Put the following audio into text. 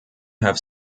have